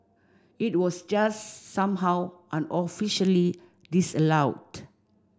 it was just somehow unofficially disallowed